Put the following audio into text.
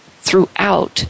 throughout